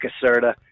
Caserta